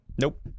Nope